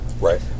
Right